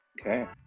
Okay